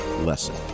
lesson